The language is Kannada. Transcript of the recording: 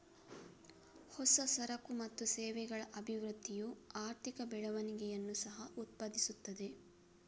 ಹೊಸ ಸರಕು ಮತ್ತು ಸೇವೆಗಳ ಅಭಿವೃದ್ಧಿಯು ಆರ್ಥಿಕ ಬೆಳವಣಿಗೆಯನ್ನು ಸಹ ಉತ್ಪಾದಿಸುತ್ತದೆ